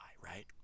right